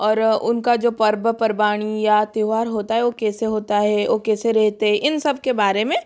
और उनका जो पर्व पर्वाणी या त्यौहार होता है वो कैसे होता है वो कैसे रहते है इन सब के बारे में